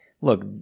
look